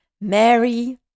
Mary